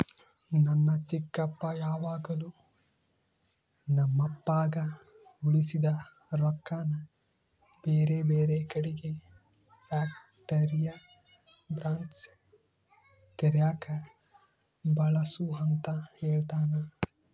ನನ್ನ ಚಿಕ್ಕಪ್ಪ ಯಾವಾಗಲು ನಮ್ಮಪ್ಪಗ ಉಳಿಸಿದ ರೊಕ್ಕನ ಬೇರೆಬೇರೆ ಕಡಿಗೆ ಫ್ಯಾಕ್ಟರಿಯ ಬ್ರಾಂಚ್ ತೆರೆಕ ಬಳಸು ಅಂತ ಹೇಳ್ತಾನಾ